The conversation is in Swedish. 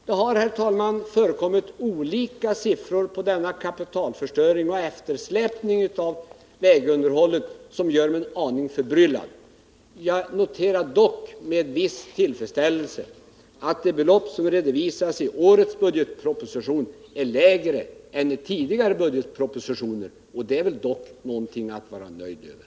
Det har, herr talman, förekommit olika siffror för denna kapitalförstöring och eftersläpning av vägunderhållet som gör mig en aning förbryllad. Jag noterar dock med viss tillfredsställelse att de belopp som redovisas i årets budgetproposition är lägre än i tidigare budgetpropositioner, och det är dock någonting att vara nöjd över.